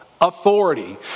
authority